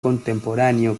contemporáneo